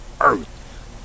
Earth